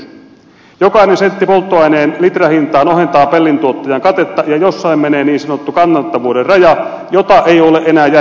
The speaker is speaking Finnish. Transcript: jokainen sentti polttoaineen litrahintaan ohentaa pellintuottajan katetta ja jossain menee niin sanottu kannattavuuden raja jota ei ole enää järkevää ylittää